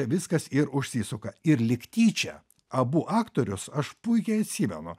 viskas ir užsisuka ir lyg tyčia abu aktorius aš puikiai atsimenu